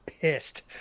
pissed